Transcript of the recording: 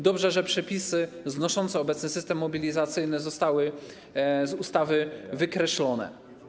Dobrze, że przepisy znoszące obecny system mobilizacyjny zostały z ustawy wykreślone.